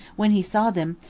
when he saw them,